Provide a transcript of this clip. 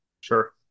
Sure